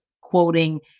quoting